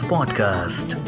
Podcast